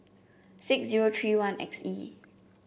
six zero three one X E